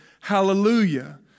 Hallelujah